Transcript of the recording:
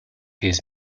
his